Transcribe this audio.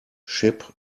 ship